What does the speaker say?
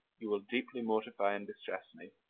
you will deeply mortify and distress me.